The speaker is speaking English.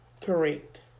Correct